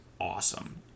Awesome